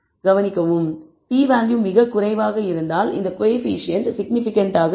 கவனிக்கவும் p value மிகக் குறைவாக இருந்தால் இந்த கோஎஃபீஷியேன்ட் சிக்னிபிகன்ட் ஆகும்